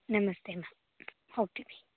ನಮಸ್ತೆ ಮ್ಯಾಮ್ ಹೋಗ್ತೀವಿ